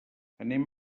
anem